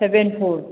seven four